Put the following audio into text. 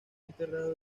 enterrado